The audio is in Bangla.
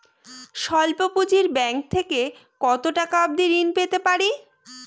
স্বল্প পুঁজির ব্যাংক থেকে কত টাকা অবধি ঋণ পেতে পারি?